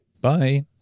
Bye